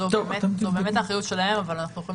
זאת באמת האחריות שלהם אבל אנחנו יכולים